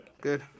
Good